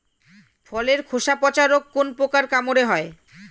ফলের খোসা পচা রোগ কোন পোকার কামড়ে হয়?